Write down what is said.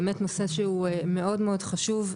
באמת נושא שהוא מאוד חשוב,